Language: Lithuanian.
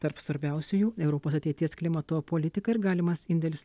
tarp svarbiausiųjų europos ateities klimato politika ir galimas indėlis